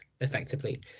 effectively